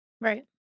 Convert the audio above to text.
Right